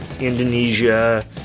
Indonesia